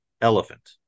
elephant